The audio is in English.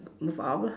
move up